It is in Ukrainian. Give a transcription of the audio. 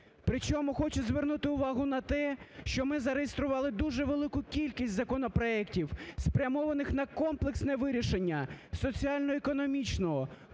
Причому хочу звернути увагу на те, що ми зареєстрували дуже велику кількість законопроектів, спрямованих на комплексне вирішення соціально-економічного,